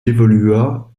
évolua